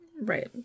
right